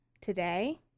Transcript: today